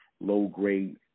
low-grade –